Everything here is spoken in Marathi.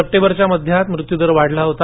सप्टेंबरच्या मध्यात मृत्यू दर वाढला होता